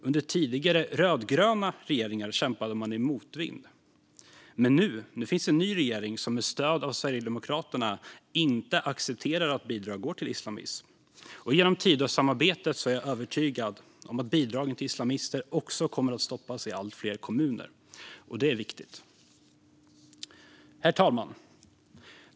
Under tidigare rödgröna regeringar kämpade man i motvind, men nu finns en ny regering som med stöd av Sverigedemokraterna inte accepterar att bidrag går till islamism. Genom Tidösamarbetet är jag övertygad om att bidragen till islamister kommer att stoppas i allt fler kommuner, och det är viktigt. Herr talman!